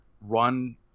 run